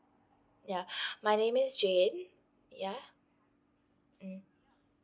ya my name is jane ya mm